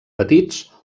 petits